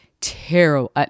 terrible